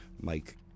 Mike